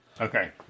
Okay